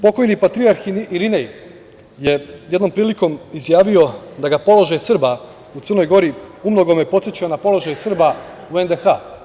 Pokojni patrijarh Irinej je jednom prilikom izjavio da ga položaj Srba u Crnoj Gori umnogome podseća na položaj Srba u NDH.